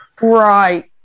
Right